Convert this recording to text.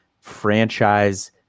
franchise